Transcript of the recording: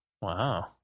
Wow